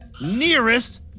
nearest